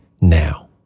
now